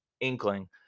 inkling